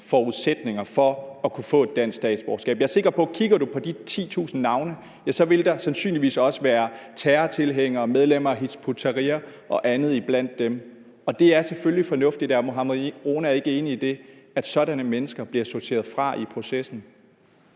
minimumsforudsætninger for at kunne få et dansk statsborgerskab. Jeg er sikker på, at kigger du på de 10.000 navne, vil der sandsynligvis også være terrortilhængere, medlemmer af Hizb ut-Tahrir og andet iblandt dem, og det er selvfølgelig fornuftigt – er hr. Mohammad Rona ikke enig i det? – at sådanne mennesker bliver sorteret fra i processen?